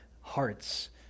hearts